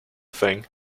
thing